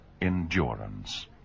endurance